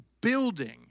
building